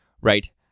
right